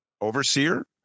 overseer